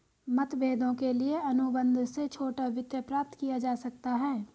मतभेदों के लिए अनुबंध से छोटा वित्त प्राप्त किया जा सकता है